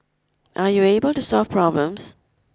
are you able to solve problems